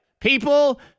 People